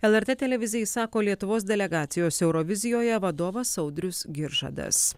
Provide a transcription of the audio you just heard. lrt televizijai sako lietuvos delegacijos eurovizijoje vadovas audrius giržadas